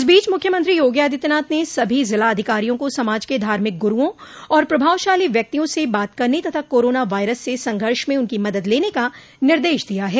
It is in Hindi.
इस बीच मुख्यमंत्री योगी आदित्यनाथ ने सभी जिला अधिकारियों को समाज के धार्मिक गुरूओं और प्रभावशाली व्यक्तियों से बात करने तथा काराना वायरस से संघर्ष में उनकी मदद लेने का निर्देश दिया है